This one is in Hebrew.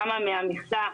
כמה מהמכסה,